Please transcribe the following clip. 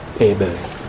Amen